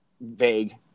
vague